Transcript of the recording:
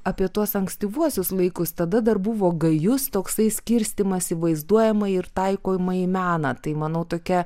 apie tuos ankstyvuosius laikus tada dar buvo gajus toksai skirstymas į vaizduojamąjį ir taikomąjį meną tai manau tokia